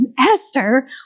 Esther